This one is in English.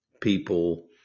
people